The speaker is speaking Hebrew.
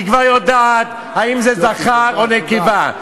היא כבר יודעת אם זה זכר או נקבה,